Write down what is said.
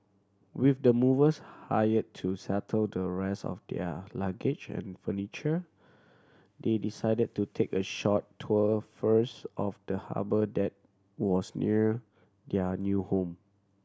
with the movers hired to settle the rest of their luggage and furniture they decided to take a short tour first of the harbour that was near their new home